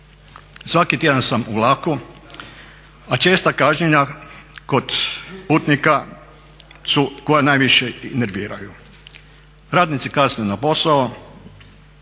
Svaki tjedan sam u vlaku, a česta kašnjenja kod putnika su koja najviše i nerviraju. Radnici kasne na posao,